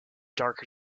darker